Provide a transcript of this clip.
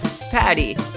Patty